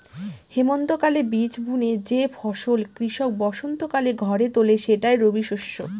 হেমন্তকালে বীজ বুনে যে ফসল কৃষক বসন্তকালে ঘরে তোলে সেটাই রবিশস্য